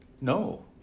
No